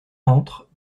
entre